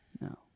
No